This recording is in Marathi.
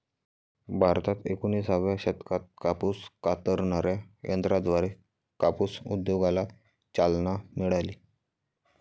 भारतात एकोणिसाव्या शतकात कापूस कातणाऱ्या यंत्राद्वारे कापूस उद्योगाला चालना मिळाली